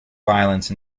violence